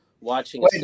watching